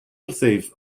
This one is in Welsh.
wrthyf